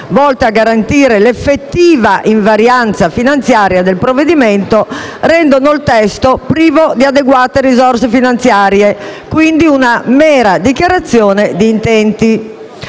volte a garantire l'effettiva invarianza finanziaria del provvedimento, rendono il testo, privo di adeguate risorse finanziarie, una mera dichiarazione di intenti;